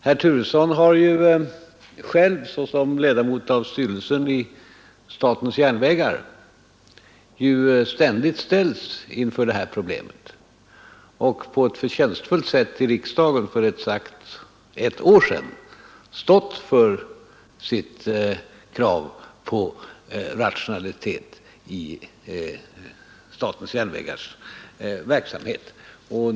Herr Turesson har ju själv, såsom ledamot av styrelsen för statens järnvägar, ständigt ställts inför problemet och på ett förtjänstfullt sätt i riksdagen för exakt ett år sedan stått för sitt krav på rationalitet i statens järnvägars verksamhet.